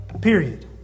period